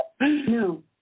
No